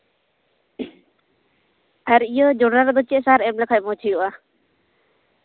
ᱟᱨ ᱤᱭᱟᱹ ᱡᱚᱱᱰᱨᱟ ᱨᱮᱫᱚ ᱪᱮᱫ ᱥᱟᱨ ᱮᱢ ᱞᱮᱠᱷᱟᱡ ᱢᱚᱡᱽ ᱦᱩᱭᱩᱜᱼᱟ